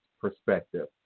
perspective